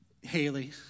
Haley